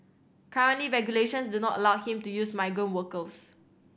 currently regulations do not allow him to use migrant workers